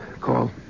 Call